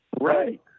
Right